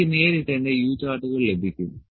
എനിക്ക് നേരിട്ട് എന്റെ U ചാർട്ടുകൾ ലഭിക്കും